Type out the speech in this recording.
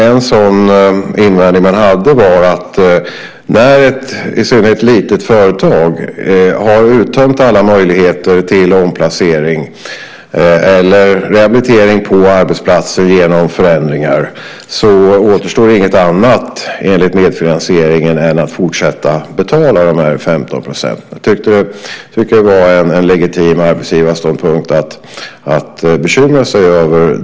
En invändning som man hade var att när i synnerhet ett litet företag har uttömt alla möjligheter till omplacering eller rehabilitering på arbetsplatsen genom förändringar återstår inget annat enligt medfinansieringen än att fortsätta att betala de 15 procenten. Det tyckte vi var en legitim arbetsgivarståndpunkt att bekymra sig över.